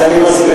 אז אני מסביר.